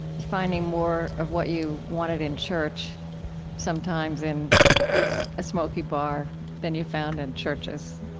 finding more of what you wanted in church sometimes in a smoky bar than you found in churches,